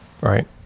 right